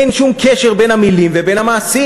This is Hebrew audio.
אין שום קשר בין המילים ובין המעשים.